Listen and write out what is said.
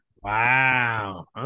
wow